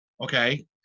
Okay